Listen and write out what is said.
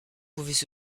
pouvaient